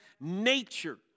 nature